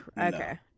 Okay